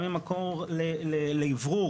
גם ממקור לאוורור,